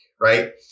right